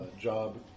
job